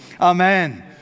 Amen